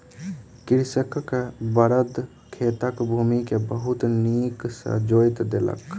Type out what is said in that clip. कृषकक बड़द खेतक भूमि के बहुत नीक सॅ जोईत देलक